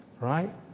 right